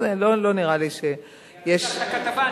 אז לא נראה לי שיש, אני ראיתי בכתבה.